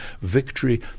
victory